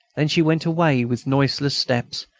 then she went away with noiseless steps,